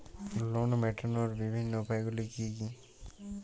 Loan মেটানোর বিভিন্ন উপায়গুলি কী কী?